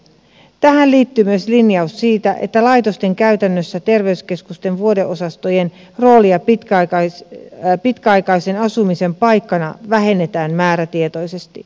tähän liittyy myös linjaus siitä että laitosten käytännössä terveyskeskusten vuodeosastojen roolia pitkäaikaisen asumisen paikkana vähennetään määrätietoisesti